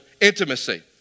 intimacy